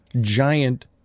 giant